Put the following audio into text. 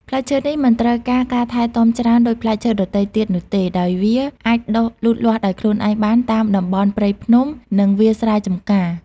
ផ្លែឈើនេះមិនត្រូវការការថែទាំច្រើនដូចផ្លែឈើដទៃទៀតនោះទេ ដោយវាអាចដុះលូតលាស់ដោយខ្លួនឯងបានតាមតំបន់ព្រៃភ្នំ និងវាលស្រែចម្ការ។